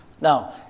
Now